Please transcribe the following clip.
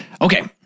Okay